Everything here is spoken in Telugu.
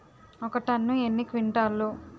ఒక టన్ను ఎన్ని క్వింటాల్లు?